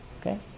Okay